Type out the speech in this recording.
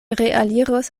realiros